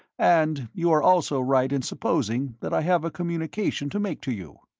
and you are also right in supposing that i have a communication to make to you.